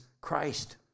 Christ